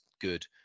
good